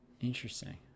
interesting